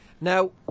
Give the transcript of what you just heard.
Now